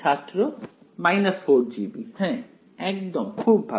ছাত্র 4jb হ্যাঁ একদম খুব ভালো